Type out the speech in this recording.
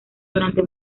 durante